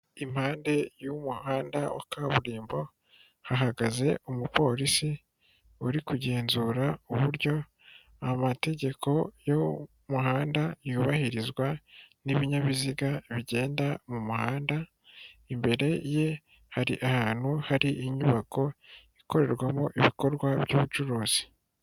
Impande y'umuhanda wa kaburimbo hahagaze umupolisi uri kugenzura uburyo amategeko y'umuhanda yubahirizwa n'ibinyabiziga bigenda mu muhanda, imbere ye hari ahantu hari inyubako ikorerwamo ibikorwa by'ubucuruzi.